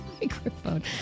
microphone